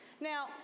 Now